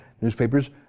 newspapers